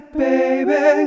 baby